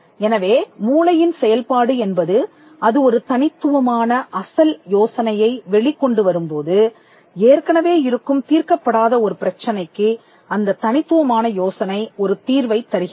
எனவே மூளையின் செயல்பாடு என்பது அது ஒரு தனித்துவமான அசல் யோசனையை வெளிக் கொண்டு வரும்போது ஏற்கனவே இருக்கும் தீர்க்கப்படாத ஒரு பிரச்சனைக்கு அந்தத் தனித்துவமான யோசனை ஒரு தீர்வைத் தருகிறது